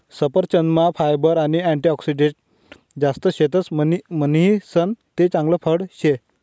सफरचंदमा फायबर आणि अँटीऑक्सिडंटस जास्त शेतस म्हणीसन ते चांगल फळ शे